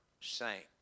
saint